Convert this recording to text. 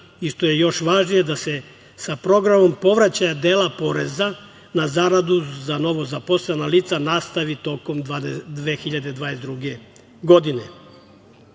što je još važnije, da se sa programom povraćaja dela poreza na zaradu za novozaposlena lica nastavi tokom 2022. godine. Zakon